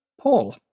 Paul